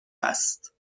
است